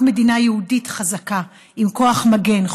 רק מדינה יהודית חזקה עם כוח מגן,